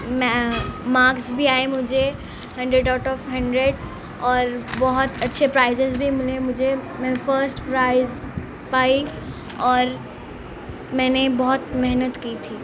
میں مارکس بھی آئے مجھے ہنڈریڈ آؤٹ آف ہنڈریڈ اور بہت اچھے پرائزیز بھی ملے مجھے میں فرسٹ پرائز پائی اور میں نے بہت محنت کی تھی